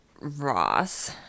Ross